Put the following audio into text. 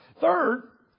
Third